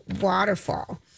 waterfall